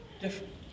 different